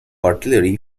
artillery